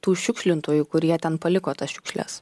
tų šiukšlintojų kurie ten paliko tas šiukšles